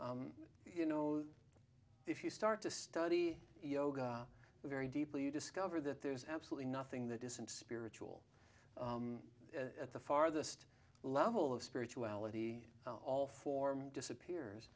you know if you start to study yoga very deeply you discover that there's absolutely nothing that isn't spiritual at the farthest level of spirituality all form disappears